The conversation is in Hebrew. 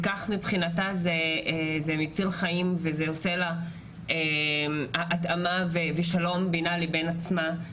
שמבחינתה זה כל כך מציל חיים ועושה לה התאמה ושלום בינה לבין עצמה,